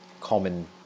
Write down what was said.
common